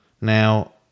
Now